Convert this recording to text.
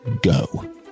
go